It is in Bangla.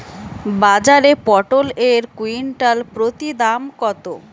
বাজারে পটল এর কুইন্টাল প্রতি দাম কত?